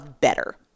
better